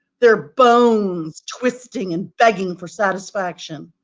their bones, twisting and begging for satisfaction.